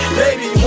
baby